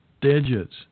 digits